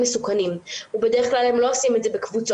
מסוכנים ובדרך כלל הם לא עושים את זה ביחידים,